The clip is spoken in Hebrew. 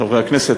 חברי הכנסת,